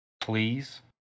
please